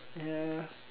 ya